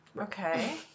Okay